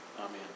amen